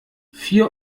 vier